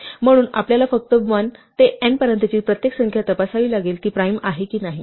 म्हणून आपल्याला फक्त 1 ते n पर्यंतची प्रत्येक संख्या तपासावी लागेल ती प्राइम आहे की नाही